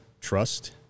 trust